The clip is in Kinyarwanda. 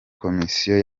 komisiyo